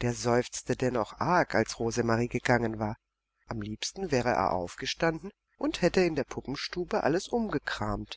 der seufzte denn auch arg als rosemarie gegangen war am liebsten wäre er aufgestanden und hätte in der puppenstube alles umgekramt